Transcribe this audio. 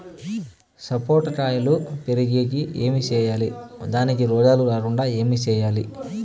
సపోట కాయలు పెరిగేకి ఏమి సేయాలి దానికి రోగాలు రాకుండా ఏమి సేయాలి?